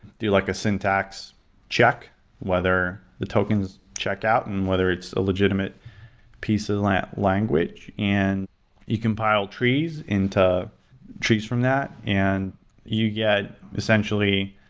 do like a syntax check whether the tokens check out and and whether it's legitimate piece of like language, and you compile trees into trees from that and you get, essentially,